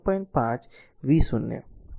5 v0 r i3 છે